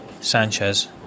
Sanchez